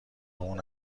اون